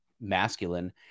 masculine